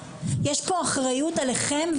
יש פה אחריות עליהם,